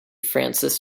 frances